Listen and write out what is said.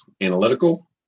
analytical